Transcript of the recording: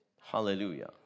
Hallelujah